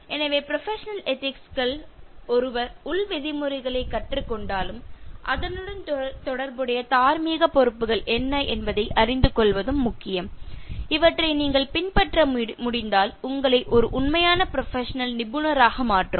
எனவே professional ethics கள் ஒருவர் உள் விதிமுறைகளை கற்றுக்கொண்டாலும் அதனுடன் தொடர்புடைய தார்மீக பொறுப்புகள் என்ன என்பதை அறிந்து கொள்வதும் முக்கியம் இவற்றை நீங்கள் பின்பற்ற முடிந்தால் உங்களை ஒரு உண்மையான ப்ரொபஷனல் நிபுணராக மாற்றும்